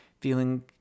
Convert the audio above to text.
feeling